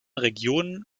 regionen